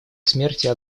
смерти